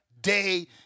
day